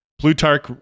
plutarch